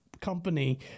company